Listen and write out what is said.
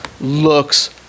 looks